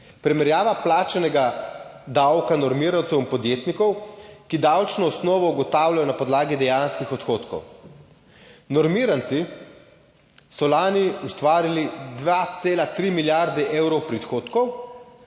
primerjava plačanega davka normirancev in podjetnikov, ki davčno osnovo ugotavljajo na podlagi dejanskih odhodkov: normiranci so lani ustvarili 2,3 milijarde evrov prihodkov